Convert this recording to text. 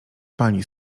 pani